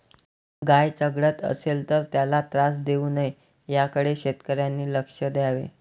गाय चघळत असेल तर त्याला त्रास देऊ नये याकडे शेतकऱ्यांनी लक्ष द्यावे